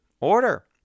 order